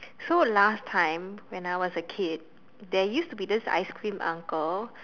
so last time when I was a kid there used to be this ice cream uncle